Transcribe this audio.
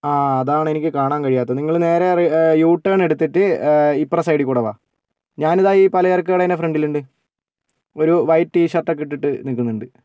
ആ അതാണ് എനിക്ക് കാണാൻ കഴിയാത്തത് നിങ്ങൾ നേരെ യൂ ടേൺ എടുത്തിട്ട് ഇപ്പുറത്തെ സൈഡിൽക്കൂടി വാ ഞാനിതാ ഈ പലചരക്ക് കടേൻ്റെ ഫ്രണ്ടിൽ ഉണ്ട് ഒരു വൈറ്റ് ടീഷർട്ട് ഒക്കെ ഇട്ടിട്ട് നിൽക്കുന്നുണ്ട്